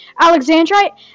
Alexandrite